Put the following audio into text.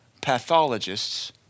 pathologists